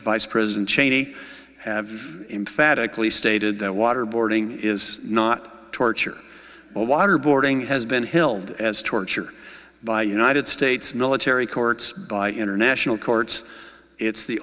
vice president cheney have emphatically stated that waterboarding is not torture waterboarding has been hild as torture by united states military courts by international courts it's the